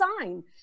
sign